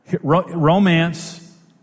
Romance